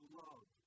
love